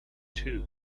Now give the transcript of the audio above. too